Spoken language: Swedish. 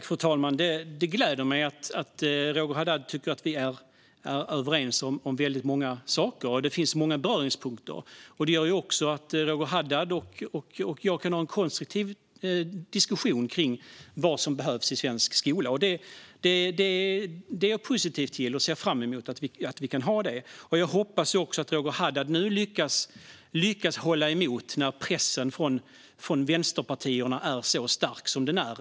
Fru talman! Det gläder mig att Roger Haddad tycker att vi är överens om väldigt många saker. Det finns många beröringspunkter. Det gör också att Roger Haddad och jag kan ha en konstruktiv diskussion om vad som behövs i svensk skola. Det är jag positiv till. Jag ser fram emot att vi kan ha en sådan. Jag hoppas också att Roger Haddad nu lyckas hålla emot när pressen från vänsterpartierna är så stark som den är.